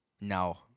No